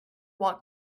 walked